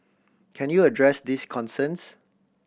can you address these concerns